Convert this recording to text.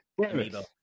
amiibo